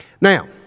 Now